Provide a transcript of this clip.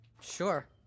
Sure